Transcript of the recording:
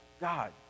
God